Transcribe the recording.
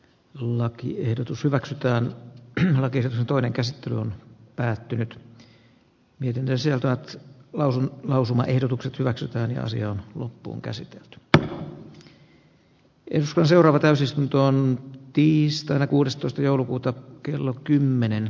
lakiehdotus hyväksytään em kisa toinen käsittely on päättynyt viidennen sijan taakse lausui lausuma ehdotukset hyväksytään ja asia on loppuunkäsitelty d yskö seuraava täysistuntoon tiistaina kuudestoista joulukuuta kello kymmenen